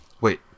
Wait